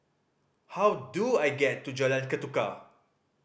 how do I get to Jalan Ketuka